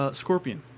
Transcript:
scorpion